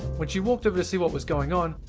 when she walked over to see what was going on,